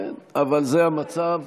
אבל זה המצב,